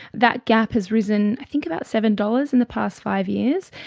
that gap has risen i think about seven dollars in the past five years.